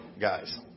guys